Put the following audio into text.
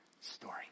story